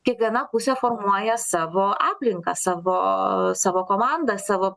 kiekviena pusė formuoja savo aplinką savo savo komandą savo